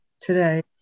today